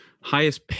Highest